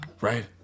right